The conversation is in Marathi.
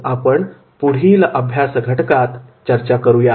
प्रशिक्षणाच्या इतर काही पद्धती व तंत्र यावर आपण पुढील अभ्यास घटकात चर्चा करूया